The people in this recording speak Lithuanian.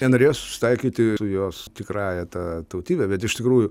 nenorėjo susitaikyti ir jos tikrąja ta tautybe bet iš tikrųjų